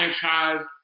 franchise